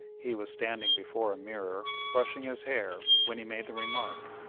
he was standing before a mirror, brushing his hair, when he made the remark.